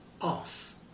off